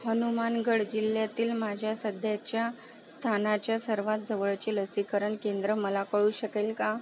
हनुमानगड जिल्ह्यातील माझ्या सध्याच्या स्थानाच्या सर्वात जवळची लसीकरण केंद्र मला कळू शकेल का